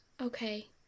Okay